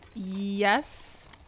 Yes